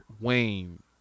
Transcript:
Wayne